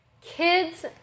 Kids